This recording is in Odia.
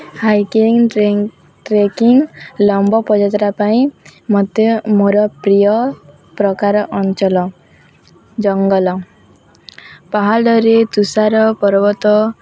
ଟ୍ରେକିଂ ଲମ୍ବା ପଦ ଯାତ୍ରା ପାଇଁ ମୋତେ ମୋର ପ୍ରିୟ ପ୍ରକାର ଅଞ୍ଚଳ ଜଙ୍ଗଲ ପାହାଡ଼ରେ ତୁଷାର ପର୍ବତ